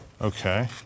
Okay